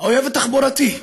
האויב התחבורתי.